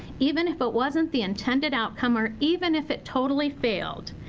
even if it wasn't the intended outcome or even if it totally failed.